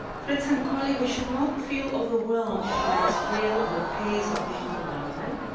friends and colleagues, we should not feel overwhelmed by the scale or pace of digital development.